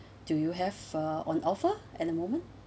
do you have uh on offer at the moment